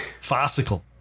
farcical